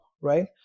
right